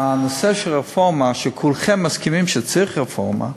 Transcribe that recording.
הנושא של הרפורמה, וכולכם מסכימים שצריך רפורמה,